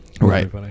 Right